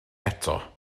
eto